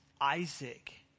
Isaac